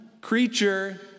creature